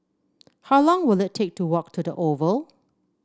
how long will it take to walk to the Oval